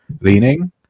leaning